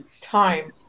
time